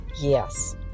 yes